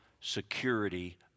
security